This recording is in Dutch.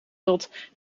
dat